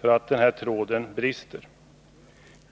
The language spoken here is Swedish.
för att den här tråden brister.